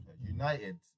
United